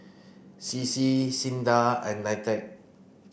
C C SINDA and NITEC